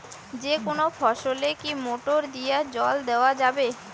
যেকোনো ফসলে কি মোটর দিয়া জল দেওয়া যাবে?